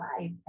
life